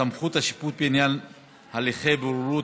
(סמכות השיפוט בעניין הליכי בוררות),